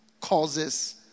causes